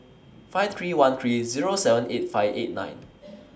five three one three Zero seven eight five eight nine